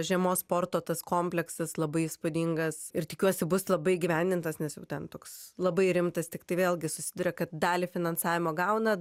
žiemos sporto tas kompleksas labai įspūdingas ir tikiuosi bus labai įgyvendintas nes jau ten toks labai rimtas tiktai vėlgi susiduria kad dalį finansavimo gauna